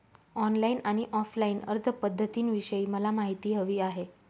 online आणि offline अर्जपध्दतींविषयी मला माहिती हवी आहे